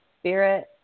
Spirit